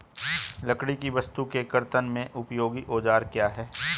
लकड़ी की वस्तु के कर्तन में उपयोगी औजार क्या हैं?